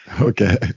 Okay